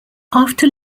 after